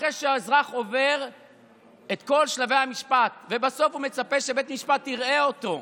אחרי שהאזרח עובר את כל שלבי המשפט ובסוף הוא מצפה שבית משפט יראה אותו,